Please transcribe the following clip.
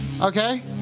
Okay